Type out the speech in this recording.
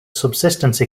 subsistence